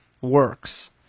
works